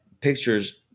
pictures